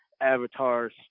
Avatar's